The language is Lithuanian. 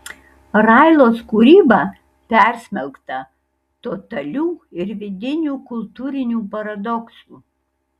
railos kūryba persmelkta totalių ir vidinių kultūrinių paradoksų